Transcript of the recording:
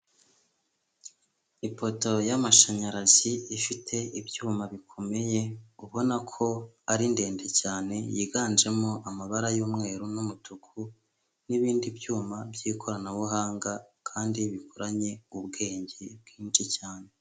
Ipoto y'amashanyarazi ifite ibyuma bikomeye, ubona ko ari ndende cyane yiganjemo amabara y'umweru n'umutuku, n'ibindi byuma by'ikoranabuhanga kandi bikoranye ubwenge bwinshi cyane.